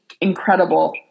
incredible